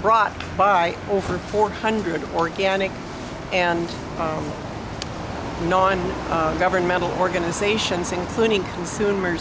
brought by over four hundred organic and non governmental organizations including consumers